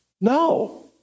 No